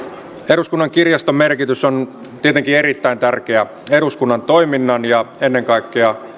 eduskunnan kirjaston merkitys on tietenkin erittäin tärkeä eduskunnan toiminnan ja ennen kaikkea